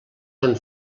són